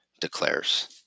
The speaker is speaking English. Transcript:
declares